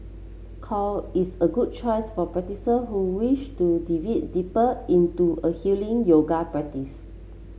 core is a good choice for who wish to delve deeper into a healing yoga practice